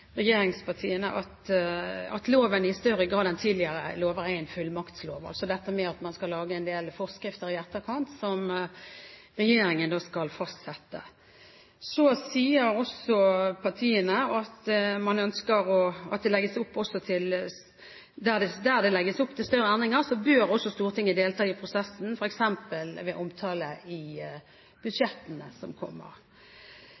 regjeringspartiene at loven i større grad enn tidligere lov er en fullmaktslov, altså dette at man skal lage en del forskrifter i etterkant som regjeringen skal fastsette. Så sier også partiene at der det legges opp til større endringer, bør også Stortinget delta i prosessen, f.eks. ved omtale i